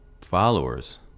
followers